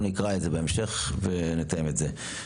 אנחנו נקרא את זה בהמשך ונתאם את זה.